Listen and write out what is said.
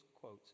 quotes